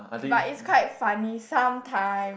but it's quite funny sometimes